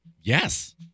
Yes